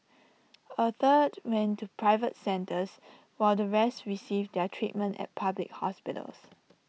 A third went to private centres while the rest received their treatment at public hospitals